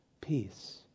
Peace